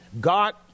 God